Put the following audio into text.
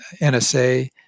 NSA